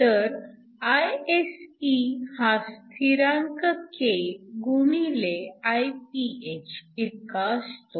तर Isc हा स्थिरांक k गुणिले I ph इतका असतो